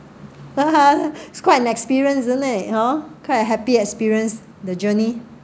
it's quite an experience isn't it hor a happy experience the journey